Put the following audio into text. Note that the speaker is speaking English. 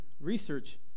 research